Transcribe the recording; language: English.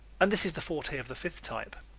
and this is the forte of the fifth type.